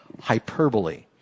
hyperbole